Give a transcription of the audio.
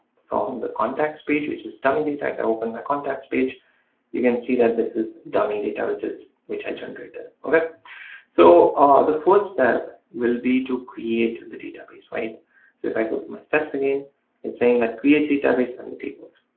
from the contacts page which is dummy data, if i open my contacts page you can see that this is dummy data which is which i generated okay so the first step will be to create the database right so if i go to my steps again it's saying that create database and the tables